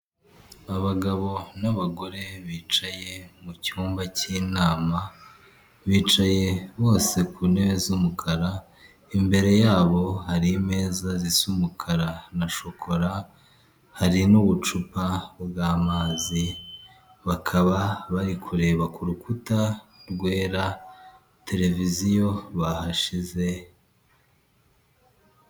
Abagabo n'abagore bicaye mu cyumba k'inama bicaye bose ku ntebe z'umukara, imbere yabo hari imeza zisa umukara na shokora, hari n'ubucupa bw'amazi bakaba bari kureba ku rukuta rwera televiziyo bahashize.